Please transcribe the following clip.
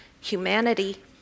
humanity